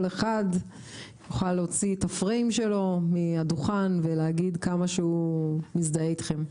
כל אחד יוכל להוציא את הפריים שלו מהדוכן ולהגיד כמה שהוא מזדהה אתכם.